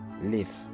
live